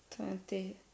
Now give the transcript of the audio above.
Twenty